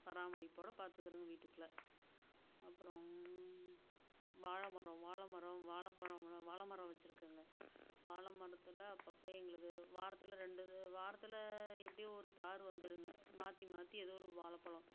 பராமரிப்போட பார்த்துக்கிறது வீட்டுக்குள்ள அப்பறம் வாழமரம் வாழமரம் வாழைப்பழம் வாழமரம் வச்சிருக்கேங்க வாழமரத்துல அப்பப்போ எங்களுக்கு வாரத்தில் ரெண்டு வாரத்தில் எப்படியும் ஒரு தாரு வந்திருங்க மாற்றி மாற்றி எதோ ஒரு வாழைப்பழம்